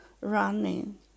running